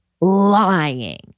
lying